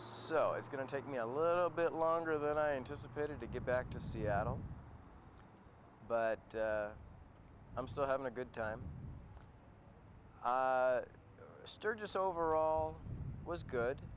so it's going to take me a little bit longer than i anticipated to get back to seattle but i'm still having a good time sturgis overall was good